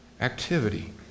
activity